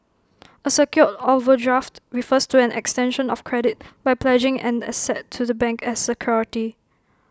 A secured overdraft refers to an extension of credit by pledging an asset to the bank as security